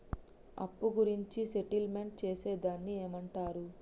అప్పు గురించి సెటిల్మెంట్ చేసేదాన్ని ఏమంటరు?